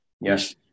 Yes